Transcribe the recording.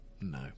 No